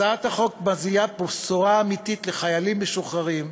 הצעת החוק מביאה פה בשורה אמיתית לחיילים משוחררים,